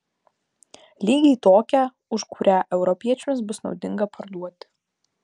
lygiai tokią už kurią europiečiams bus naudinga parduoti